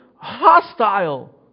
hostile